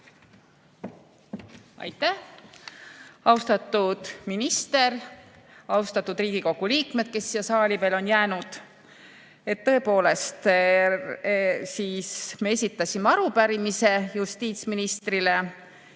Aitäh! Austatud minister! Austatud Riigikogu liikmed, kes siia saali veel on jäänud! Tõepoolest, me esitasime justiitsministrile